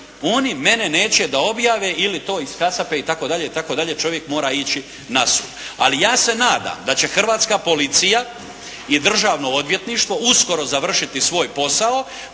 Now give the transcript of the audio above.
oni mene neće da objave ili to iskasape itd., čovjek mora ići na sud. Ali ja se nadam da će hrvatska policija i Državno odvjetništvo uskoro završiti posao